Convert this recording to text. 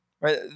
right